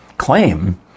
claim